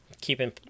keeping